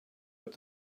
what